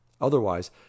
otherwise